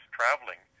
traveling